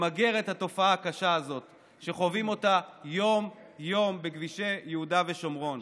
למגר את התופעה הקשה הזאת שחווים אותה יום-יום בכבישי יהודה ושומרון.